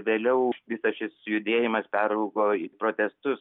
vėliau visas šis judėjimas peraugo į protestus